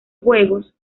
juegos